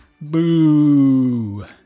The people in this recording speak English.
Boo